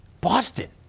Boston